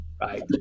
right